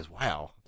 Wow